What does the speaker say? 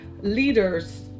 leaders